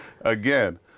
Again